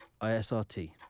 ISRT